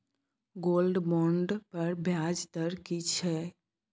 Gold bond पर ब्याज दर की छै?